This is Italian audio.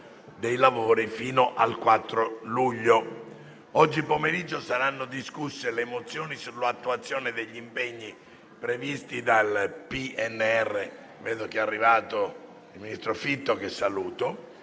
Grazie a tutti